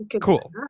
cool